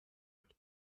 oncle